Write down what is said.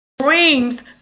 dreams